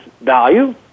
value